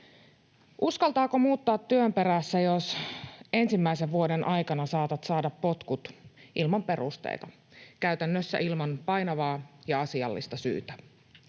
Uskaltaako muuttaa työn perässä, jos ensimmäisen vuoden aikana saatat saada potkut ilman perusteita, käytännössä ilman painavaa ja asiallista syytä?